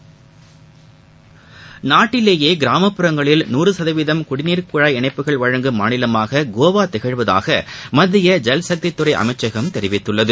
நாட்டிலேயே கிராமப்புறங்களில் நூறு சதவீத குடிநீர் குழாய் இணைப்புகளை வழங்கும் மாநிலமாக கோவா திகழ்வதாக மத்திய ஜல்சக்தி துறை அமைச்சகம் தெரிவித்துள்ளது